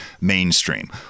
mainstream